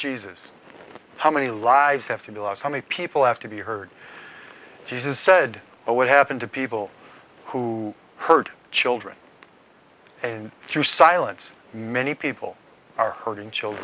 jesus how many lives have to be lost how many people have to be heard jesus said what would happen to people who hurt children and through silence many people are hurting chil